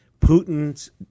Putin's